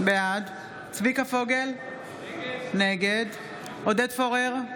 בעד צביקה פוגל, נגד עודד פורר,